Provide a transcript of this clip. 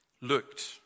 looked